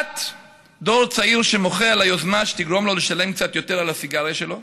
1. דור צעיר שמוחה על היוזמה שתגרום לו לשלם קצת יותר על הסיגריה שלו.